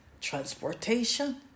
transportation